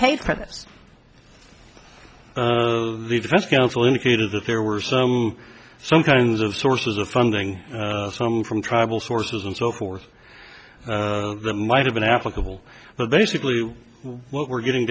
paid for this the defense counsel indicated that there were some some kinds of sources of funding some from tribal sources and so forth that might have been applicable but basically what we're getting